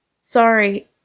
Sorry